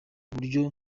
buryo